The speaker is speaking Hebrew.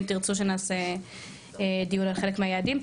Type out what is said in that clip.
אם תרצו שנעשה דיון על חלק מהיעדים.